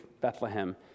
Bethlehem